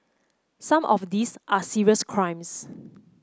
some of these are serious crimes